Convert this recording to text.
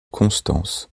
constance